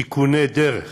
תיקוני דרך,